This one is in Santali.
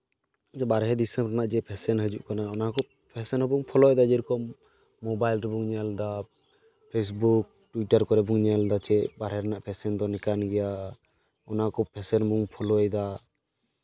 ᱟᱨ ᱵᱟᱦᱨᱮ ᱫᱤᱥᱚᱢ ᱨᱮᱭᱟᱜ ᱡᱮ ᱯᱷᱮᱥᱮᱱ ᱦᱤᱡᱩᱜ ᱠᱟᱱᱟ ᱚᱱᱟ ᱠᱚ ᱯᱷᱮᱥᱮᱱ ᱦᱚᱸ ᱵᱚᱱ ᱯᱷᱳᱞᱳᱭᱮᱫᱟ ᱡᱮᱨᱚᱠᱚᱢ ᱢᱳᱵᱟᱭᱤᱞ ᱨᱮᱵᱚᱱ ᱧᱮᱞᱫᱟ ᱯᱷᱮᱥᱵᱩᱠ ᱴᱩᱭᱴᱟᱨ ᱠᱚᱨᱮ ᱵᱚᱱ ᱧᱮᱞᱫᱟ ᱪᱮᱫ ᱵᱟᱦᱨᱮ ᱨᱮᱱᱟᱜ ᱯᱷᱮᱥᱮᱱ ᱫᱚ ᱱᱚᱝᱠᱟᱱ ᱜᱮᱭᱟ ᱚᱱᱟ ᱠᱚ ᱯᱷᱮᱥᱮᱱ ᱵᱚᱱ ᱯᱷᱳᱞᱳᱭᱮᱫᱟ